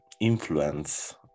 influence